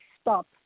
stop